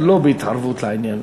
לא בהתערבות לעניין?